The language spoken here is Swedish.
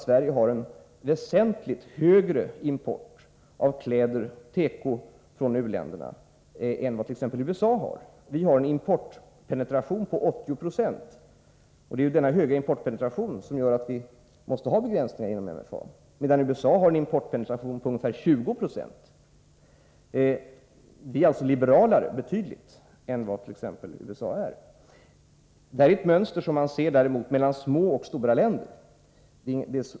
Sverige har, tvärtom, en väsentligt högre import av kläder och tekoprodukter från u-länderna än vad t.ex. USA har. Vi har en importpenetration på 80 20. Det är denna höga importpenetration som gör att vi måste ha begränsningar inom MFA. USA har en importpenetration på 2096. Vi är alltså betydligt liberalare än exempelvis USA. Man kan här se ett mönster när det gäller små och stora länder.